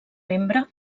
membre